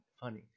funny